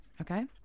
Okay